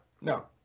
no